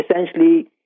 essentially